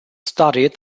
studied